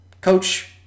coach